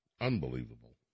Unbelievable